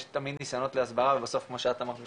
יש תמיד ניסיונות להסברה ובסוף כמו שאת אמרת מקודם,